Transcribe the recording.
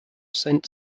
saint